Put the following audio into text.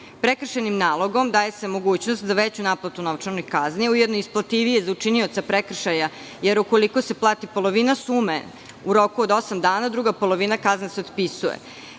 Ovim nalogom se daje mogućnost za veću naplatu novčane kazne i ujedno je isplativije za učinioca prekršaja, jer ukoliko se plati polovina sume u roku od osam dana, druga polovina kazne se otpisuje.